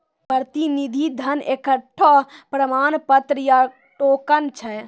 प्रतिनिधि धन एकठो प्रमाण पत्र या टोकन छै